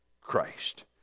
Christ